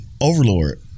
Overlord